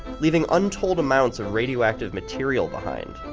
leaving untold amounts of radioactive material behind.